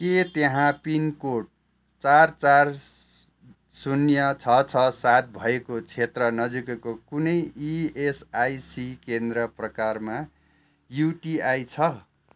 के त्यहाँ पिनकोड चार चार शून्य छ छ सात भएको क्षेत्रनजिकैको कुनै इएसआइसी केन्द्र प्रकारमा युटिआई छ